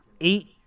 Eight